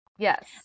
Yes